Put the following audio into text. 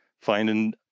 finding